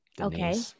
Okay